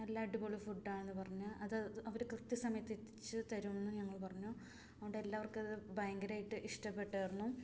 നല്ല അടിപൊളി ഫുഡ് ആണെന്ന് പറഞ്ഞ് അത് അവർ കൃത്യസമയത്ത് എത്തിച്ച് തരും എന്ന് ഞങ്ങൾ പറഞ്ഞു അതുകൊണ്ട് എല്ലാവർക്കും അത് ഭയങ്കരമായിട്ട് ഇഷ്ടപെട്ടിരുന്നു